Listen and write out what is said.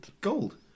Gold